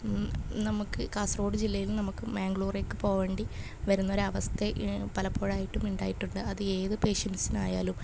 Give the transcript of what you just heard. നമുക്ക് കാസർഗോഡ് ജില്ലേന്ന് നമുക്ക് മാങ്ക്ളൂരേക്ക് പോവെണ്ടി വരുന്നൊരു അവസ്ഥ പലപ്പൊഴായിട്ടും ഉണ്ടായിട്ടുണ്ട് അത് ഏത് പേഷ്യൻസിനായാലും